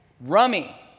Rummy